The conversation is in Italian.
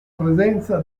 presenza